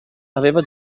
aveva